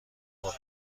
خرد